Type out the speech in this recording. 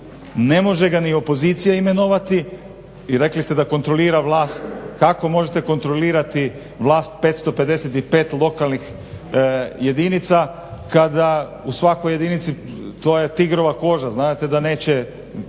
Ne može ga ni opozicija imenovati i rekli ste da kontrolira vlast. Kako možete kontrolirati vlast 555 lokalnih jedinica kada u svakoj jedinici tigrova koža. Znate da neće